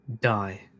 die